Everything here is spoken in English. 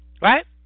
Right